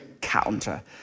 counter